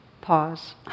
pause